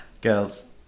Girls